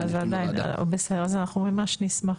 אז אנחנו ממש נשמח,